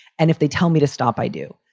and if they tell me to stop, i do,